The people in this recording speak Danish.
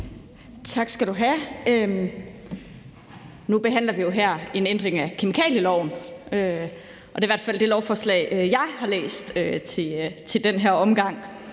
Tak skal du have. Nu behandler vi jo her en ændring af kemikalieloven. Det er i hvert fald det lovforslag, jeg har læst til den her omgang,